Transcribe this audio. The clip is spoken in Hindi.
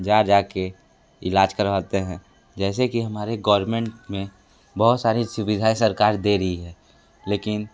जा जा के इलाज करवाते हैं जैसे कि हमारे गौरमेंट में बहुत सारी सुविधाएं सरकार दे रही है लेकिन